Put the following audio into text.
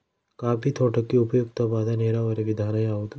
Coffee ತೋಟಕ್ಕೆ ಉಪಯುಕ್ತವಾದ ನೇರಾವರಿ ವಿಧಾನ ಯಾವುದು?